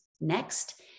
next